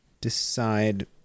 decide